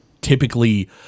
typically